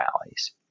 rallies